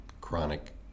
chronic